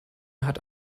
hat